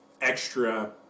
extra